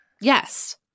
Yes